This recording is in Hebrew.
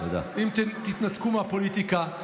אם תתנתקו מהפוליטיקה,